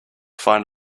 find